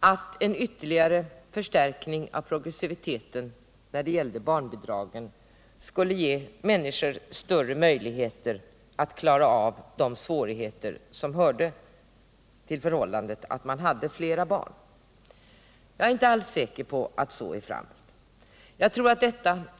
att en ytterligare förstärkning av progressiviteten för barnbidragen skulle ge människorna större möjligheter att klara av de svårigheter som sammanhänger med att man har flera barn. Jag är inte alls säker på att så är fallet.